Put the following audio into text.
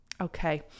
Okay